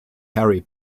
harry